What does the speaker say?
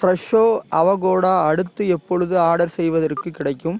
Fresho avocado அடுத்து எப்பொழுது order செய்வதற்குக் கிடைக்கும்